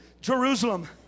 Jerusalem